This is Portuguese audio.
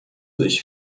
dois